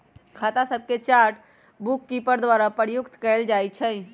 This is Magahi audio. खता सभके चार्ट बुककीपर द्वारा प्रयुक्त कएल जाइ छइ